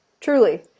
truly